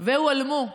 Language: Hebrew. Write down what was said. והועלמו,